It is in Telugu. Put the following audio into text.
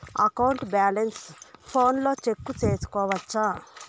అకౌంట్ బ్యాలెన్స్ ఫోనులో చెక్కు సేసుకోవచ్చా